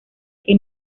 que